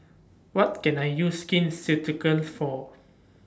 What Can I use Skin Ceuticals For